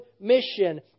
mission